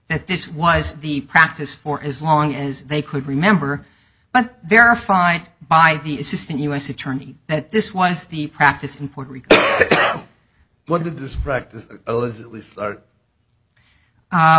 that this was the practice for as long as they could remember but verified by the assistant u s attorney that this was the practice in puerto rico but with this